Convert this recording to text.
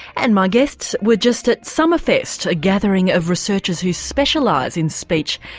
and my guests were just at summerfest, a gathering of researchers who specialise in speech,